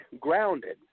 grounded